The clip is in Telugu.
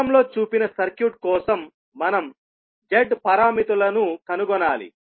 చిత్రంలో చూపిన సర్క్యూట్ కోసం మనం Z పారామితులను కనుగొనాలి